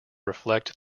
reflect